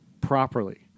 properly